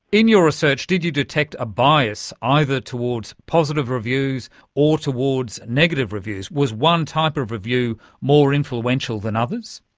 in your research did you detect a bias either towards positive reviews or towards negative reviews? was one type of review more influential than others?